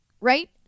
right